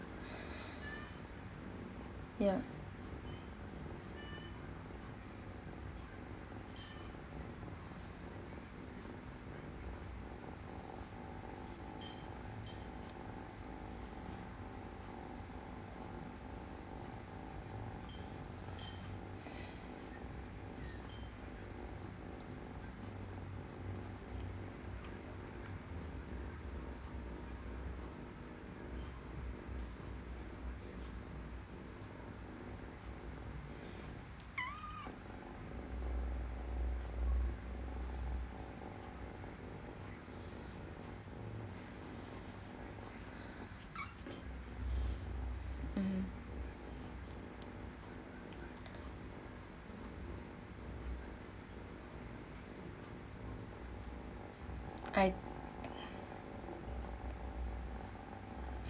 ya mm I